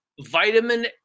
vitamin